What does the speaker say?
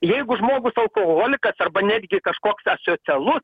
jeigu žmogus alkoholikas arba netgi kažkoks asocialus